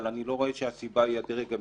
אבל אני לא רואה שהסיבה היא הדרג המקצועי,